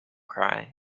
cry